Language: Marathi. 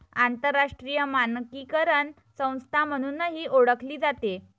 आंतरराष्ट्रीय मानकीकरण संस्था म्हणूनही ओळखली जाते